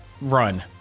run